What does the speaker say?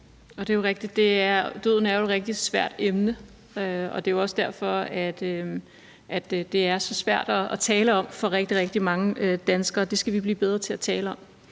Det er jo rigtigt; døden er et rigtig svært emne. Det er jo også derfor, at det er så svært at tale om for rigtig, rigtig mange danskere. Det skal vi blive bedre til at tale om,